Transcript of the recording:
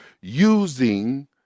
using